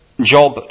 Job